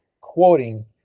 quoting